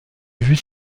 vues